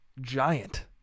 Giant